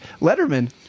letterman